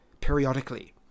periodically